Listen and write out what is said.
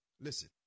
Listen